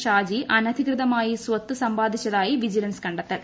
ഷാജി അനധികൃതമായി സ്വത്ത് സമ്പാദിച്ചതായി വിജിലൻസ് കണ്ടെത്തൽ